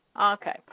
Okay